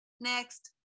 Next